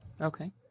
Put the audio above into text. Okay